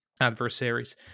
adversaries